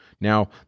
Now